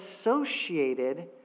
associated